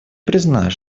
признать